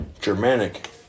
germanic